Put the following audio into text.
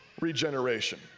regeneration